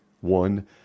One